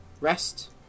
Rest